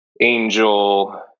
Angel